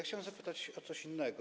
Chciałem zapytać o coś innego.